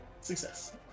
Success